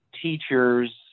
teachers